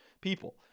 people